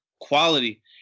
quality